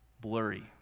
blurry